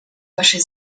вашей